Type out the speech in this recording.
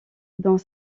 dans